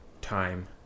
time